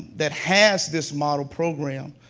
that has this model program,